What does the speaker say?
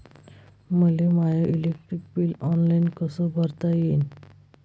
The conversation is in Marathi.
मले माय इलेक्ट्रिक बिल ऑनलाईन कस भरता येईन?